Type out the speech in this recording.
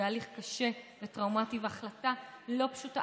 זה הליך קשה וטראומטי והחלטה לא פשוטה.